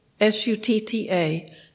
S-U-T-T-A